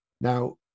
Now